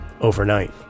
overnight